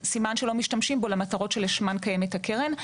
סימן שלא משתמשים בו למטרות שלשמן קיימת הקרן.